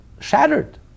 shattered